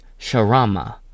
Sharama